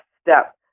step